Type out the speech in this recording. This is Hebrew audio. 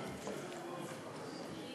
אדוני